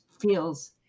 feels